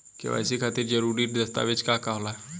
KYC खातिर जरूरी दस्तावेज का का होला?